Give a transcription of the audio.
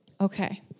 Okay